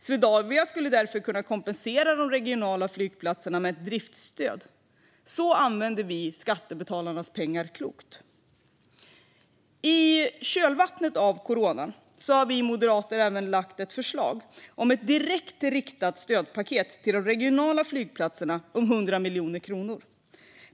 Swedavia skulle därför kunna kompensera de regionala flygplatserna med ett driftsstöd. Så använder vi skattebetalarnas pengar klokt. I kölvattnet efter coronan har vi moderater även lagt fram ett förslag om ett stödpaket direkt riktat till de regionala flygplatserna om 100 miljoner kronor.